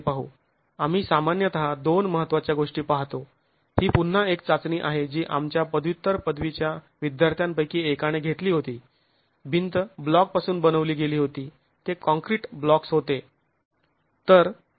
आम्ही सामान्यतः दोन महत्त्वाच्या गोष्टी पाहतो ही पुन्हा एक चाचणी आहे जी आमच्या पदव्युत्तर पदवीच्या विद्यार्थ्यांपैकी एकाने घेतली होती भिंत ब्लॉकपासून बनवली गेली होती ते काँक्रीट ल्बाॅक्स् होते